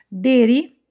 dairy